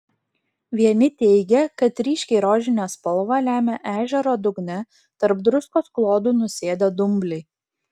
vieni teigė kad ryškiai rožinę spalvą lemia ežero dugne tarp druskos klodų nusėdę dumbliai